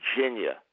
Virginia